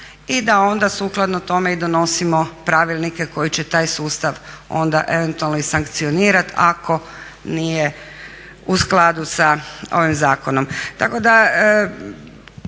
i da onda sukladno tome i donosimo pravilnike koji će taj sustav onda eventualno i sankcionirat ako nije u skladu sa ovim zakonom.